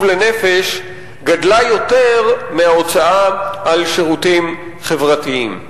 לנפש גדלה יותר מההוצאה על שירותים חברתיים.